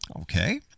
Okay